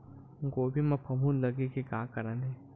गोभी म फफूंद लगे के का कारण हे?